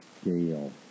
scale